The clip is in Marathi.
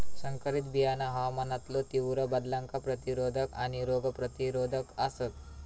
संकरित बियाणा हवामानातलो तीव्र बदलांका प्रतिरोधक आणि रोग प्रतिरोधक आसात